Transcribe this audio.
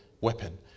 weapon